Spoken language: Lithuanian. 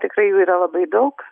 tikrai jų yra labai daug